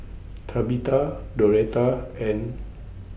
Tabitha Doretta and